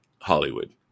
Hollywood